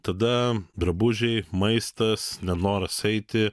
tada drabužiai maistas nenoras eiti